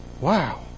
Wow